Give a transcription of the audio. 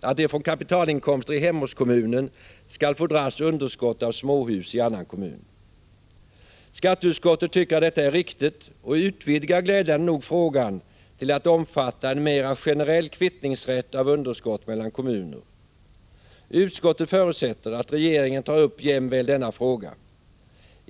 att det från kapitalinkomster i hemortskommunen skall få dras underskott av småhus i annan kommun. Skatteutskottet tycker att detta är riktigt och utvidgar glädjande nog frågan till att omfatta en mer generell rätt att kvitta underskott mellan kommuner. Utskottet förutsätter att regeringen tar upp jämväl denna fråga.